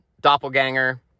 doppelganger